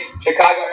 Chicago